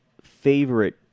favorite